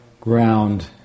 ground